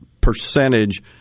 percentage